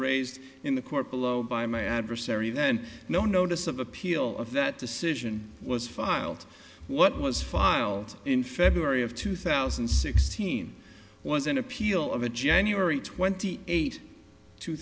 raised in the corporal oh by my adversary then no notice of appeal of that decision was filed what was filed in february of two thousand and sixteen was an appeal of a january twenty eight two